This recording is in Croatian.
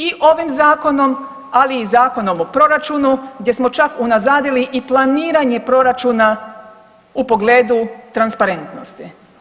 I ovim zakonom, ali i Zakonom o proračunu gdje smo čak unazadili i planiranje proračuna u pogledu transparentnosti.